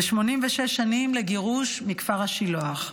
ו-86 שנים לגירוש מכפר השילוח.